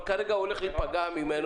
אבל כרגע הוא ייפגע ממנו?